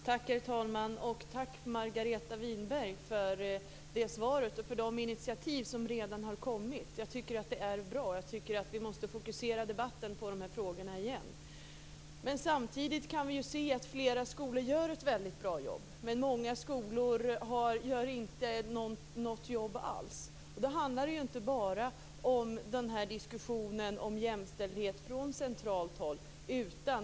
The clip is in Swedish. Herr talman! Tack Margareta Winberg för det svaret och de initiativ som redan har kommit. Jag tycker att det är bra. Vi måste fokusera debatten på de här frågorna igen. Vi kan se att flera skolor gör ett väldigt bra jobb. Men många skolor gör inte något alls. Då handlar det inte bara om diskussionen om jämställdhet från centralt håll.